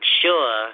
sure